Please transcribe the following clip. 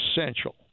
essential